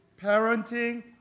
parenting